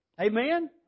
Amen